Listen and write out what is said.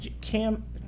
Cam